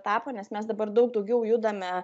tapo nes mes dabar daug daugiau judame